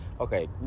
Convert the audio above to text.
Okay